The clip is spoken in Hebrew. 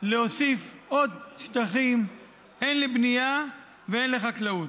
להוסיף עוד שטחים הן לבנייה והן לחקלאות.